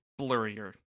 blurrier